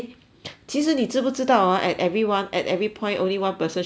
其实你知不知道 ah at every one at every point only one person should be talking